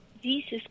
Jesus